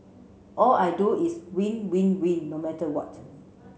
all I do is win win win no matter what